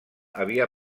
havia